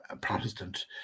Protestant